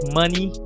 money